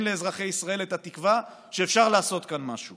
לאזרחי ישראל את התקווה שאפשר לעשות כאן משהו.